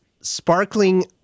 Sparkling